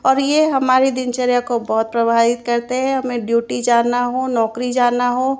और ये हमारे दिनचर्या को बहुत प्रभावित करते हैं हमें ड्यूटी जाना हो नौकरी जाना हो